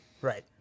Right